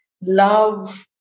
love